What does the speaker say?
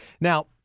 Now